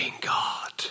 God